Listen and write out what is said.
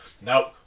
Nope